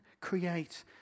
create